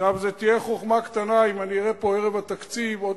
זו תהיה חוכמה קטנה אם אני אראה פה ערב התקציב עוד